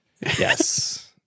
yes